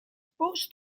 post